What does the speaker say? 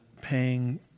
paying